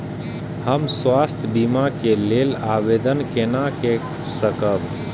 हम स्वास्थ्य बीमा के लेल आवेदन केना कै सकब?